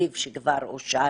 בתקציב שכבר אושר